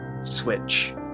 switch